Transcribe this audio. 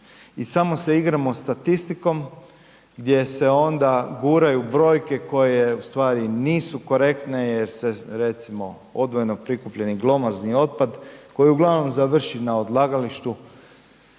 i samo se igramo statistikom gdje se onda guraju brojke koje ustvari nisu korektne jer se recimo odvojeno prikupljeni glomazni otpad koji uglavnom završi na odlagalištu